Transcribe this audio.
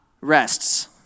rests